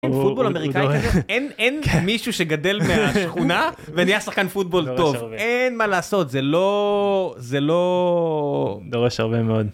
אין אין מישהו שגדל בשכונה ונהיה שחקן פוטבול טוב אין מה לעשות זה לא זה לא דורש הרבה מאוד.